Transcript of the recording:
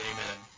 Amen